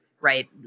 right